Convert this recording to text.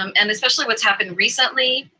um and especially what's happened recently,